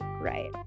right